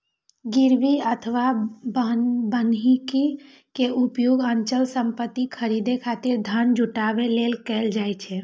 गिरवी अथवा बन्हकी के उपयोग अचल संपत्ति खरीदै खातिर धन जुटाबै लेल कैल जाइ छै